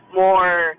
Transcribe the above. more